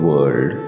World